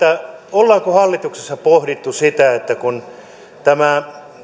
ollaanko hallituksessa pohdittu sitä jos tämä